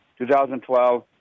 2012